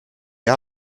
wer